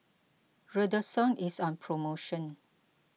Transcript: Redoxon is on promotion